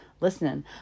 listening